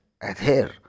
adhere